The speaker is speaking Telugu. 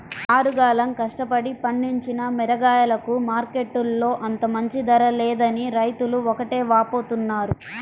ఆరుగాలం కష్టపడి పండించిన మిరగాయలకు మార్కెట్టులో అంత మంచి ధర లేదని రైతులు ఒకటే వాపోతున్నారు